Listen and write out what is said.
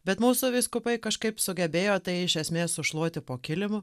bet mūsų vyskupai kažkaip sugebėjo tai iš esmės sušluoti po kilimu